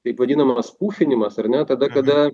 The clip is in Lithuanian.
taip vadinamas ūchinimas ar ne tada kada